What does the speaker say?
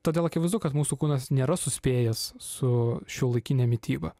todėl akivaizdu kad mūsų kūnas nėra suspėjęs su šiuolaikine mityba